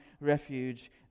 refuge